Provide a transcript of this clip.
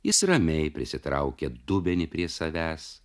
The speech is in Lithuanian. jis ramiai prisitraukia dubenį prie savęs